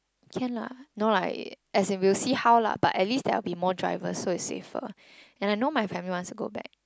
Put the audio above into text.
can lah no lah as in we will see how lah but at least there would be more driver so it will be safer and I know my family wants to go back